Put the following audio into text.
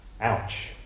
ouch